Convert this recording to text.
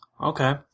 Okay